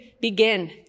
begin